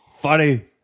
funny